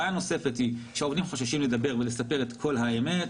בעיה נוספת היא שהעובדים חוששים לדבר ולספר את כל האמת.